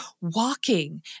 walking